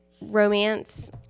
romance